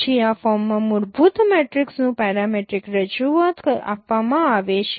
પછી આ ફોર્મમાં મૂળભૂત મેટ્રિક્સનું પેરામેટ્રિક રજૂઆત આપવામાં આવે છે